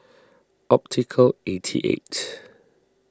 Optical eighty eight